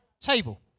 table